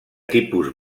tipus